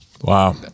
Wow